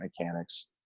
mechanics